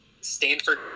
Stanford